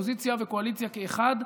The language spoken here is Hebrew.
אופוזיציה וקואליציה כאחד.